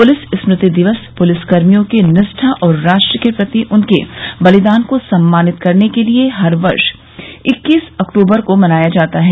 police स्मृति दिवस पुलिसकर्मियों की निष्ठा और राष्ट्र के प्रति उनके बलिदान को सम्मानित करने के लिए हर वर्ष इक्कीस अक्तूबर को मनाया जाता है